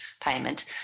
payment